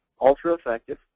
ultra-effective